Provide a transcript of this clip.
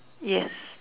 yes